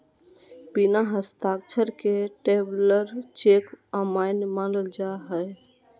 बिना हस्ताक्षर के ट्रैवलर चेक अमान्य मानल जा हय